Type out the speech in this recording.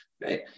right